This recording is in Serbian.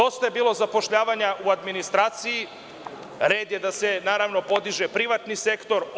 Dosta je bilo zapošljavanja u administraciji, red je da se naravno podiže privatni sektor.